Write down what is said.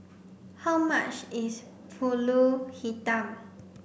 how much is Pulut Hitam